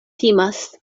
timas